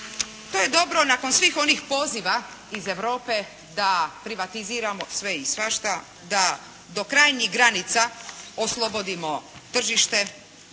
To je dobro nakon svih onih poziva iz Europe da privatiziramo sve i svašta da do krajnjih granica oslobodimo tržište